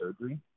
surgery